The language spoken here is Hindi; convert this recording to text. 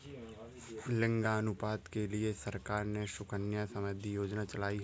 लिंगानुपात के लिए सरकार ने सुकन्या समृद्धि योजना चलाई है